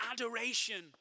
adoration